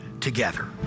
together